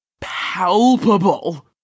palpable